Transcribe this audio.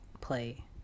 play